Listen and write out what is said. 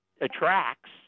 attracts